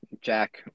Jack